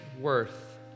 worth